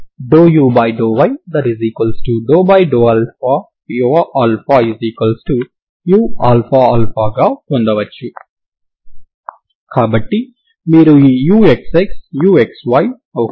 మీరు ఇప్పటివరకు రెండు సరిహద్దుల సమాచారంతో ఇచ్చిన స్ట్రింగ్ x 0 వద్ద స్దానభ్రంశం తో స్థిరంగా ఉంటుంది లేదా దాని వాలు 0 అవుతుంది అంటే స్ట్రింగ్ యొక్క ఒక చివర స్వేచ్ఛగా ఉంటుంది